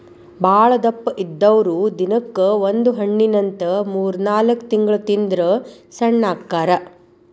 ಬಾಳದಪ್ಪ ಇದ್ದಾವ್ರು ದಿನಕ್ಕ ಒಂದ ಹಣ್ಣಿನಂತ ಮೂರ್ನಾಲ್ಕ ತಿಂಗಳ ತಿಂದ್ರ ಸಣ್ಣ ಅಕ್ಕಾರ